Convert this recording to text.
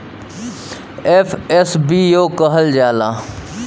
FSBO कहल जाला